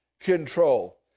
control